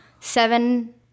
seven